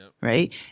right